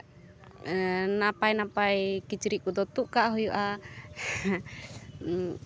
ᱱᱟᱯᱟᱭ ᱱᱟᱯᱟᱭ ᱠᱤᱪᱨᱤᱡ ᱠᱚᱫᱚ ᱛᱩᱫ ᱠᱟᱜ ᱦᱩᱭᱩᱜᱼᱟ